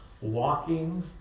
walking